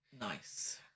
Nice